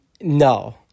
No